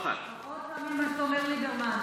פחות פעמים ממה שאתה אומר ליברמן.